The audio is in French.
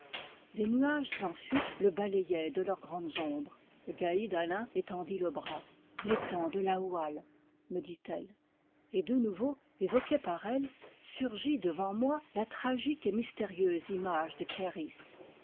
des nuages en fuite le balayaient de leurs grandes ombres gaïd alain étendit le bras l'étang de laoual me ditelle et de nouveau évoquée par elle surgit devant moi la tragique et mystérieuse image de